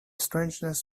strangeness